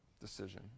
decision